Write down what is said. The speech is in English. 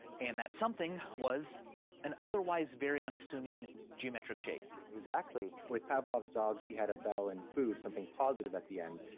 and that something was an otherwise very unassuming geometric shape. exactly. with pavlov's dogs, he had a bell and food, something positive at the end.